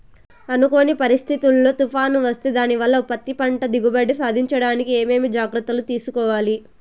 అనుకోని పరిస్థితుల్లో తుఫాను వస్తే దానివల్ల పత్తి పంట దిగుబడి సాధించడానికి ఏమేమి జాగ్రత్తలు తీసుకోవాలి?